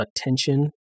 attention